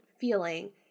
feeling